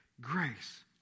grace